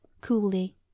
coolly